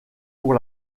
pour